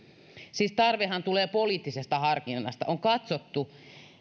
siis tarvehan tulee poliittisesta harkinnasta on katsottu